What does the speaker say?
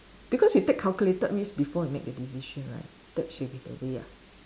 because we take calculated risk before we make the decision right that should be the way ah